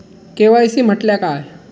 KYC म्हटल्या काय?